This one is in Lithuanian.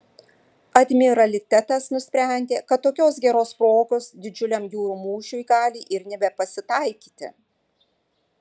admiralitetas nusprendė kad tokios geros progos didžiuliam jūrų mūšiui gali ir nebepasitaikyti